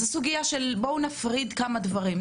אז בואו נפריד כמה דברים,